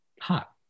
Hot